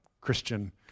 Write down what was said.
Christian